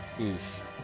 Oof